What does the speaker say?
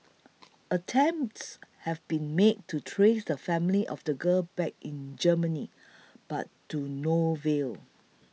attempts have been made to trace the family of the girl back in Germany but to no avail